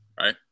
right